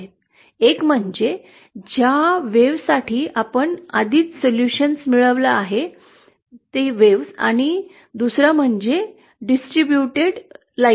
एक म्हणजे ज्या लाटेसाठी आपण आधीच सोल्यूशन्स मिळवल आहे आणि दुसरा म्हणजे वितरित परिणाम